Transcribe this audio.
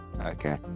Okay